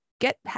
get